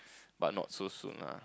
but not so soon ah